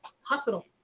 hospital